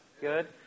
Good